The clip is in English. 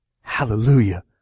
Hallelujah